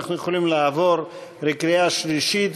ואנחנו יכולים לעבור לקריאה שלישית,